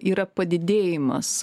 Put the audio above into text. yra padidėjimas